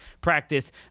practice